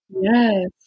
yes